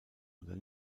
oder